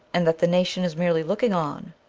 and that the nation is merely looking on.